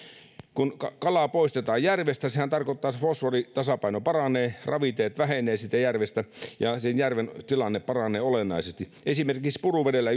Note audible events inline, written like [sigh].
kun kalaa poistetaan järvestä sehän tarkoittaa sitä että fosforitasapaino paranee ravinteet vähenevät siitä järvestä ja sen järven tilanne paranee olennaisesti esimerkiksi puruvedellä [unintelligible]